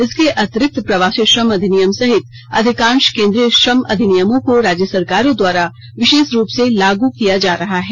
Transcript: इसके अतिरिक्त प्रवासी श्रम अधिनियम सहित अधिकाश केंद्रीय श्रम अधिनियमों को राज्य सरकारों द्वारा विशेष रूप से लागू किया जा रहा है